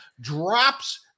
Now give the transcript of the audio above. drops